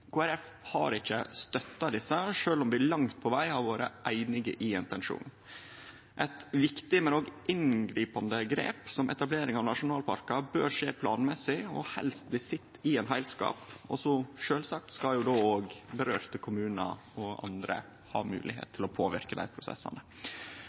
har ikkje støtta desse, sjølv om vi langt på veg har vore einige i intensjonen. Eit viktig, men òg inngripande grep som etablering av nasjonalparkar er, bør skje planmessig og helst bli sett i ein heilskap, og sjølvsagt skal òg aktuelle kommunar, og andre, ha